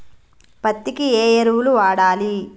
పత్తి కి ఏ ఎరువులు వాడాలి?